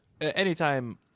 anytime